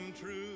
true